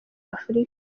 afurika